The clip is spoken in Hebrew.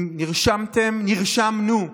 נרשמתם, נרשמנו,